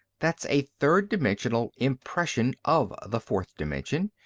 that's a third-dimensional impression of the fourth dimension.